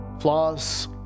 Flaws